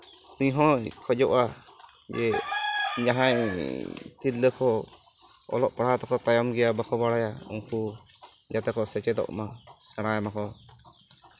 ᱩᱱᱤ ᱦᱚᱸᱭ ᱠᱷᱚᱡᱚᱜᱼᱟ ᱡᱮ ᱡᱟᱦᱟᱸᱭ ᱛᱤᱨᱞᱟᱹ ᱠᱚ ᱚᱞᱚᱜ ᱯᱟᱲᱦᱟᱜ ᱛᱮᱠᱚ ᱛᱟᱭᱚᱢ ᱜᱮᱭᱟ ᱵᱟᱠᱚ ᱵᱟᱲᱟᱭᱟ ᱩᱱᱠᱩ ᱡᱟᱛᱮ ᱠᱚ ᱥᱮᱪᱮᱫᱚᱜ ᱢᱟ ᱥᱮᱬᱟᱭ ᱢᱟᱠᱚ